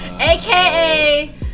aka